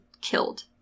killed